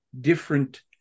different